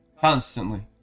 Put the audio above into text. constantly